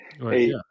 right